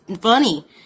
funny